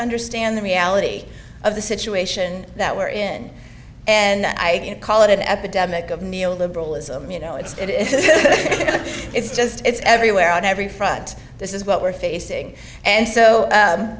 understand the reality of the situation that we're in and i call it an epidemic of neo liberalism you know it's going to it's just it's everywhere on every front this is what we're facing and so